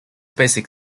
basic